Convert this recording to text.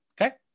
Okay